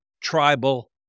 tribal